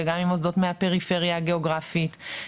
גם ממוסדות מהפריפריה הגיאוגרפית,